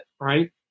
right